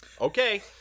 Okay